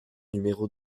numéro